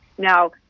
Now